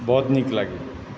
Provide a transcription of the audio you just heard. बहुत निक लागैए